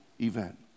event